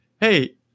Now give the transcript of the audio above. hey